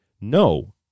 no